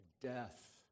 death